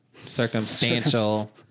Circumstantial